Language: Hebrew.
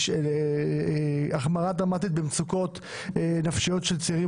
החמרה דרמטית במצוקות נפשיות של צעירים